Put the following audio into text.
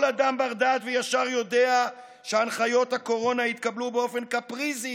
כל אדם בר-דעת וישר יודע שהנחיות הקורונה התקבלו באופן קפריזי,